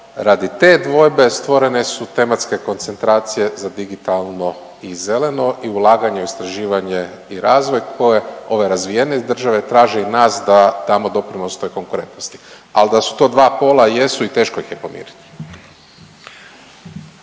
radi te dvojbe stvorene su tematske koncentracije za digitalno i zeleno i ulaganje u istraživanje i razvoj koje ove razvijenije države traže i nas da tamo doprinosimo konkurentnosti, al da su to dva pola jesu i teško ih je pomiriti.